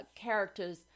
characters